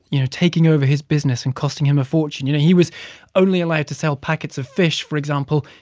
you know, taking over his business and costing him a fortune, you know? he was only allowed to sell packets of fish, for example,